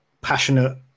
passionate